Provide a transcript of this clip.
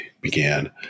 began